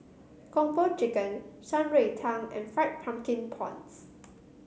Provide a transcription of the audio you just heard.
Kung Po Chicken Shan Rui Tang and Fried Pumpkin Prawns